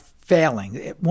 failing